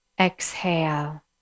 Exhale